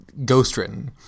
ghostwritten